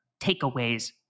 takeaways